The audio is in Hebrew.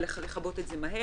אלא לכבות את זה מהר.